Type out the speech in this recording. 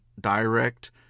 direct